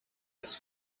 its